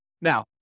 Now